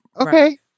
Okay